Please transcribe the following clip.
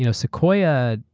you know sequoia,